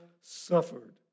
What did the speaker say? suffered